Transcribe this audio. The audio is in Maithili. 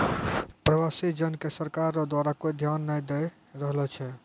प्रवासी जन के सरकार रो द्वारा कोय ध्यान नै दैय रहलो छै